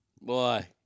Boy